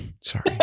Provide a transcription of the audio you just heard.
Sorry